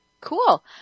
Cool